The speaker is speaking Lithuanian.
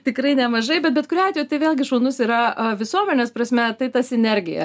tikrai nemažai bet bet kuriuo atveju tai vėlgi šaunus yra visuomenės prasme tai ta sinergija